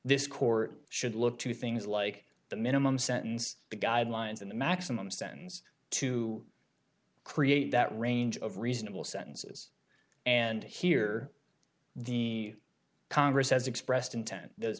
this court should look to things like the minimum sentence the guidelines and the maximum sen's to create that range of reasonable sentences and here the congress has expressed intent